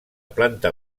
planta